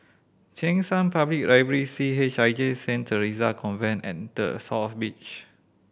Cheng San Public Library C H I J Saint Theresa Convent and The South Beach